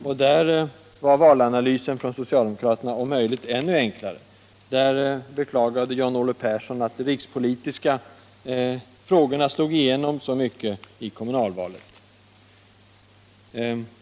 När det gäller Stockholms kommun var socialdemokraternas valanalys om möjligt ännu enklare. Där beklagade John-Olof Persson att de rikspolitiska frågorna slog igenom i kommunalvalet.